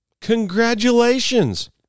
Congratulations